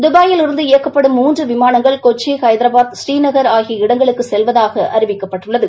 தபாயிலிருந்து இயக்கப்படும் மூன்று விமானங்கள் கொச்சி ஹைதராபாத் பறீநகள் ஆகிய இடங்களுக்கு செல்வதாக அறிவிக்கப்பட்டுள்ளது